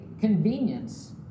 convenience